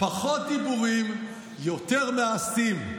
"פחות דיבורים, יותר מעשים".